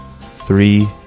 Three